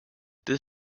this